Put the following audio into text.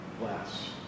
glass